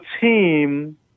team